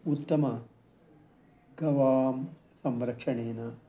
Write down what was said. उत्तम गवां संरक्षणेन